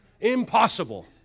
Impossible